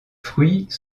fruits